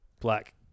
black